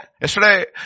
Yesterday